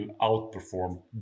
outperform